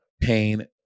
pain